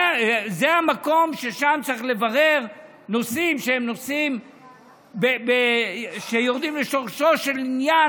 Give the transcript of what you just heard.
זה המקום ששם צריך לברר נושאים שהם נושאים שיורדים לשורשו של עניין,